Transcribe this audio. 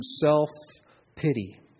self-pity